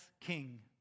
king